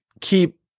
keep